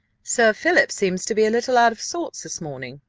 sir philip seems to be a little out of sorts this morning,